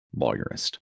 lawyerist